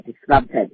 disrupted